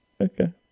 Okay